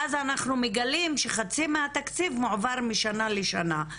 ואז אנחנו מגלים שחצי מהתקציב מועבר משנה לשנה.